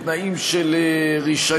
תנאים של רישיון,